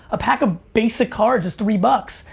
a pack of basic cards is three bucks.